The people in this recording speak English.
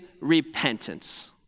repentance